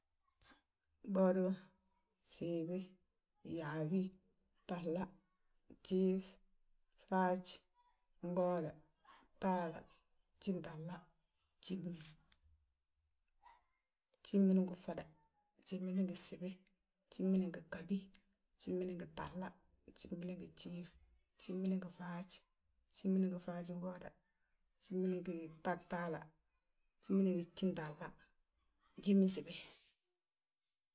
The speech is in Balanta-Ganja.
bwodibo, gsibi, yaabi, gtahla, gjiif, faaj, ngooda, gtahla, gjitahal, gjimin, gjimin ngi ffoda, gjimin ngi gsibi, gjimin ngi ghabi, gjimin ngi gtahla, gjimin ngi gjiif, gjimin ngi faaj, gjimin ngi faajingooda, gjimin ngi gjitahla, njiminsibi.